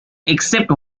except